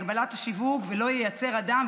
הגבלת השיווק: "לא ייצר אדם,